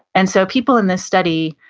and so people in this study,